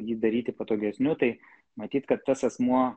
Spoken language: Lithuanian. jį daryti patogesniu tai matyt kad tas asmuo